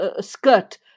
skirt